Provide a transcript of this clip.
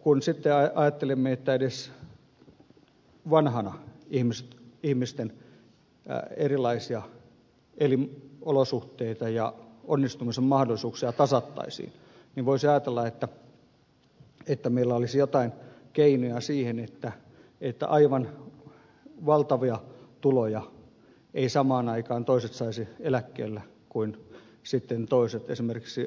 kun sitten ajattelemme että edes vanhana ihmisten erilaisia elinolosuhteita ja onnistumisen mahdollisuuksia tasattaisiin niin voisi ajatella että meillä olisi jotain keinoja siihen että aivan valtavia tuloja eivät samaan aikaan toiset saisi eläkkeellä kuin sitten toiset